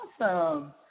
awesome